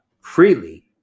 freely